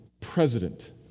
President